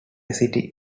city